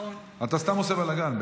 אתה סתם עושה בלגן.